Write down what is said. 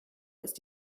ist